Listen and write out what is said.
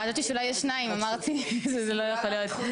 חשבתי שאולי יש שניים אבל אמרתי שזה לא יכול להיות.